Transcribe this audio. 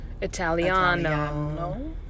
Italiano